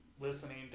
Listening